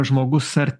žmogus ar